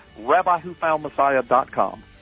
RabbiWhoFoundMessiah.com